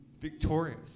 victorious